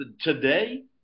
today